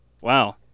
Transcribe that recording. Wow